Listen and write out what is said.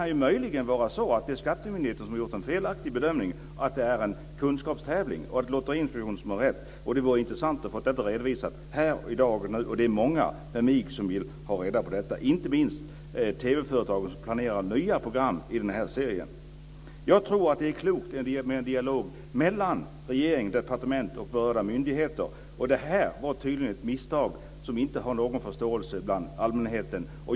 Det kan möjligen vara så att skattemyndigheten har gjort en felaktig bedömning, att det är en kunskapstävling, och att det är Lotteriinspektionen som har rätt. Det vore intressant att få detta redovisat här och nu, i dag. Det är många med mig som vill ha reda på detta, inte minst TV-företaget, som planerar nya program i den här serien. Jag tror att det är klokt med en dialog mellan regering, departement och berörda myndigheter. Det här var tydligen ett misstag som inte fått någon förståelse bland allmänheten.